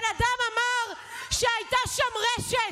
הבן אדם אמר שהייתה שם רשת.